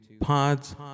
Pods